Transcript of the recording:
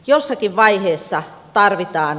jossakin vaiheessa tarvitaan